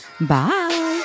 bye